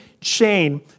chain